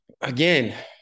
again